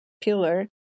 pillar